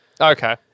Okay